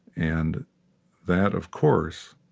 and that, of course,